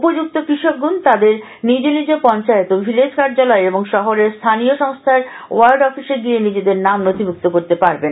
উপযুক্ত কৃষকগণ তাদের নিজ নিজ পঞ্চায়েত ও ভিলেজ কার্যালয় এবং শহরের স্হানীয় সংস্থার ওয়ার্ড অফিসে গিয়ে নিজেদের নাম নখিভুক্ত করতে পারবেন